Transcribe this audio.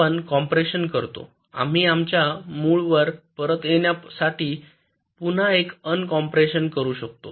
आपण कम्प्रेशन करतो आम्ही आमच्या मूळवर परत येण्यासाठी पुन्हा एक अन कॉम्प्रेश करू शकतो